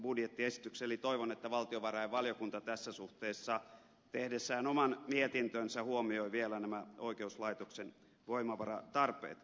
toivon että valtiovarainvaliokunta tässä suhteessa tehdessään oman mietintönsä huomioi vielä nämä oikeuslaitoksen voimavaratarpeet